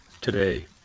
today